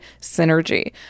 synergy